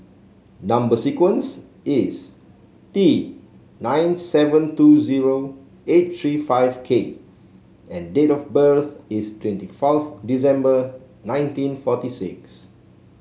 number sequence is T nine seven two zero eight three five K and date of birth is twenty fourth December nineteen forty six